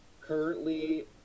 currently